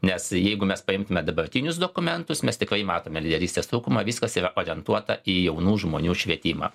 nes jeigu mes paimtume dabartinius dokumentus mes tikrai matome lyderystės trūkumą viskas yra orientuota į jaunų žmonių švietimą